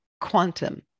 quantum